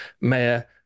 mayor